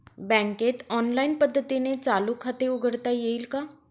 बँकेत ऑनलाईन पद्धतीने चालू खाते उघडता येईल का?